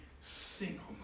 single